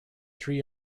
three